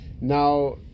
Now